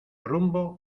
rumbo